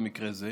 במקרה הזה,